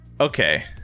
okay